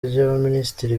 y‟abaminisitiri